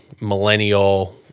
millennial –